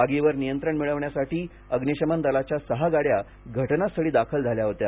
आगीवर नियंत्रण मिळविण्यासाठी अग्निशमन दलाच्या सहा गाड्या घटनास्थळी दाखल झाल्या होत्या